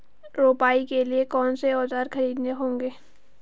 रोपाई के लिए कौन से औज़ार खरीदने होंगे?